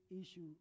issue